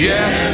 Yes